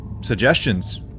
suggestions